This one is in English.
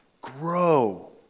grow